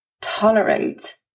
tolerate